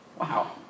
Wow